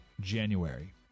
January